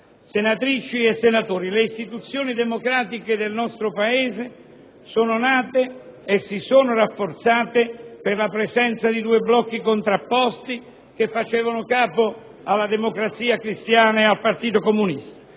Senatrici e senatori, le istituzioni democratiche del nostro Paese sono nate e si sono rafforzate per la presenza di due blocchi contrapposti, che facevano capo alla Democrazia cristiana e al Partito comunista.